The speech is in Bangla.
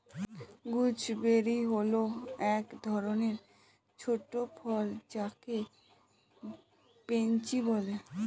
গুজবেরি হল এক ধরনের ছোট ফল যাকে বৈনচি বলে